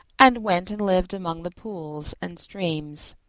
and went and lived among the pools and streams.